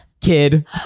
kid